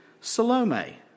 Salome